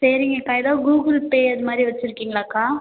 சரிங்கக்கா ஏதாவது கூகுல்பே இது மாதிரி வச்சுருக்கீங்களாக்கா